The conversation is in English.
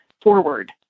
forward